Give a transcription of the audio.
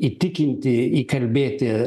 įtikinti įkalbėti